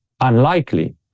unlikely